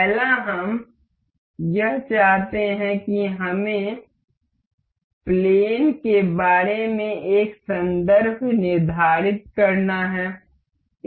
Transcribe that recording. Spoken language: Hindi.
पहला हम यह चाहते हैं कि हमें प्लेन के बारे में एक संदर्भ निर्धारित करना है